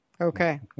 Okay